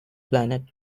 planet